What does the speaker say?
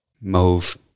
mauve